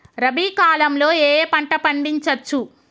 రబీ కాలంలో ఏ ఏ పంట పండించచ్చు?